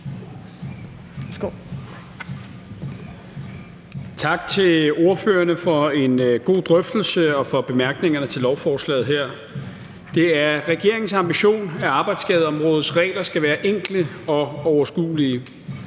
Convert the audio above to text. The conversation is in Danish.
Tak til ordførerne for en god drøftelse og for bemærkningerne til lovforslaget her. Det er regeringens ambition, at arbejdsskadeområdets regler skal være enkle og overskuelige.